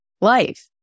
life